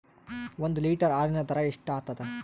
ಒಂದ್ ಲೀಟರ್ ಹಾಲಿನ ದರ ಎಷ್ಟ್ ಆಗತದ?